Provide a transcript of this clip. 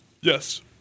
Yes